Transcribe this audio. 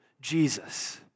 Jesus